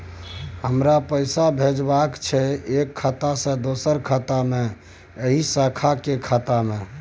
हमरा पैसा भेजबाक छै एक खाता से दोसर खाता मे एहि शाखा के खाता मे?